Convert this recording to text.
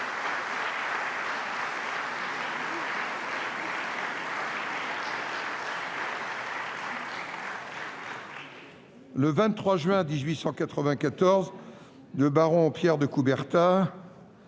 Le 23 juin 1894, le baron Pierre de Coubertin